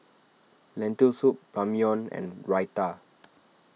Lentil Soup Ramyeon and Raita